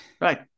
right